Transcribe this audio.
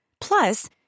Plus